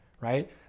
right